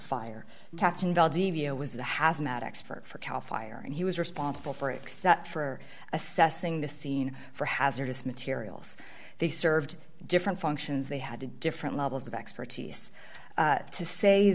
fire captain valdivia was the hazmat expert for cal fire and he was responsible for except for assessing the scene for hazardous materials they served different functions they had to different levels of expertise to say